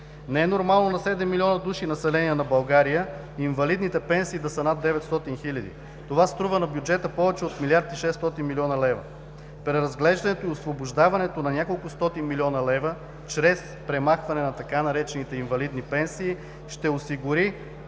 Не е нормално на 7 милиона души население на България, инвалидните пенсии да са над 900 хиляди. Това струва на бюджета повече от милиард и 600 млн. лв. Преразглеждането и освобождаването на няколкостотин милиона лева чрез премахване на така наречените „инвалидни пенсии“ ще осигури